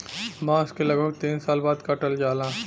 बांस के लगभग तीन साल बाद काटल जाला